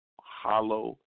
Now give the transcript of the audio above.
Hollow